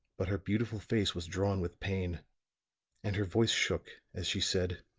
but her beautiful face was drawn with pain and her voice shook as she said